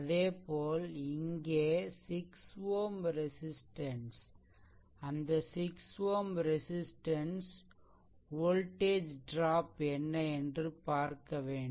அதேபோல் இங்கே 6 Ω ரெசிஷ்ட்டன்ஸ் அந்த 6 Ω ரெசிஷ்ட்டன்ஸ் ல் வோல்டேஜ் ட்ராப் என்ன என்று பார்க்க வேண்டும்